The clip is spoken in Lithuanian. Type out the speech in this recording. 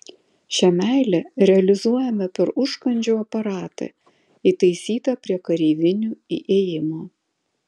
šią meilę realizuojame per užkandžių aparatą įtaisytą prie kareivinių įėjimo